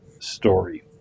story